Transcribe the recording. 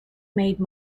made